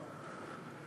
יישר כוח.